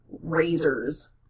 razors